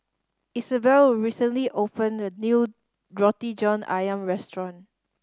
Isabel recently opened a new Roti John Ayam restaurant